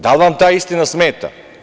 Da li vam ta istina smeta?